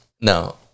No